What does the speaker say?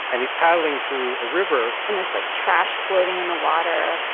and he's paddling through a river and there's, like, trash floating in the water,